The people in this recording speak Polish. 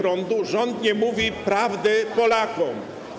Rząd nie mówi prawdy Polakom.